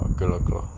okay okay